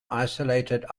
isolated